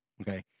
Okay